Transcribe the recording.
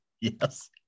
Yes